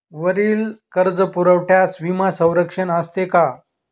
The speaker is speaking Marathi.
वरील कर्जपुरवठ्यास विमा संरक्षण असते का?